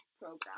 program